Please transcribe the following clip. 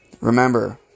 remember